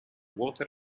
water